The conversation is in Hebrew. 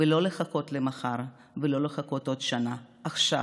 לא לחכות למחר ולא לחכות עוד שנה, עכשיו,